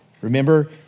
Remember